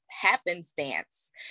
happenstance